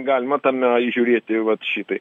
galima tame įžiūrėti vat šitai